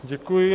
Děkuji.